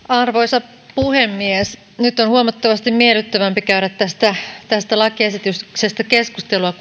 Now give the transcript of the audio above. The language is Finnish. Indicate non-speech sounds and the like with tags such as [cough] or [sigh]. [unintelligible] arvoisa puhemies nyt on huomattavasti miellyttävämpi käydä tästä tästä lakiesityksestä keskustelua [unintelligible]